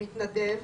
מתנדב,